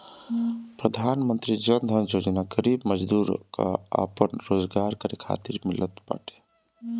प्रधानमंत्री जन धन योजना गरीब मजदूर कअ आपन रोजगार करे खातिर मिलत बाटे